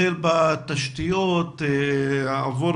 החל בתשתיות, עבור